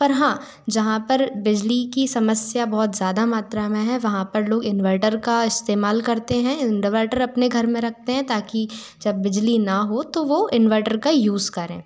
पर हाँ जहाँ पर बिजली की समस्या बहुत ज़्यादा मात्रा में है वहाँ पर लोग इनवर्टर का इस्तेमाल करते हैं इनवर्टर अपने घर में रखते हैं ताकि जब बिजली ना हो तो वो इनवर्टर का यूज़ करें